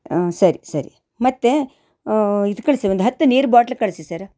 ಆಂ ಸರಿ ಸರಿ ಮತ್ತು ಇದು ಕಳಿಸಿ ಒಂದು ಹತ್ತು ನೀರು ಬಾಟ್ಲಿ ಕಳಿಸಿ ಸರ